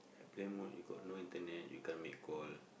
plane mode you got no internet you can't make call